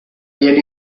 viene